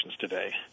today